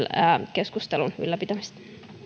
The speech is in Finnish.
keskustelun ylläpitämisestä